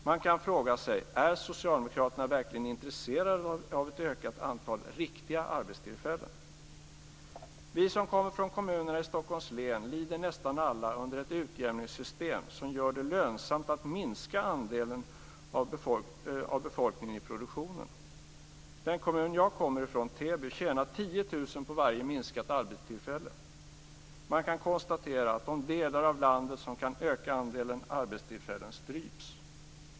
Man kan fråga sig: Är socialdemokraterna verkligen intresserade av ett ökat antal riktiga arbetstillfällen? Vi som kommer från kommunerna i Stockholms län lider nästan alla under ett utjämningssystem som gör det lönsamt att minska andelen av befolkningen i produktionen. Den kommun jag kommer ifrån, Täby, tjänar 10 000 kronor på varje minskat arbetstillfälle. Man kan konstatera att de delar av landet som kan öka antalet arbetstillfällen stryps.